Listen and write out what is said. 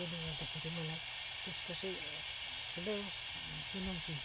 त्यसले गर्दाखेरि मलाई त्यसको चाहिँ ठुलो चुनौती